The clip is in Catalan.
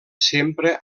sempre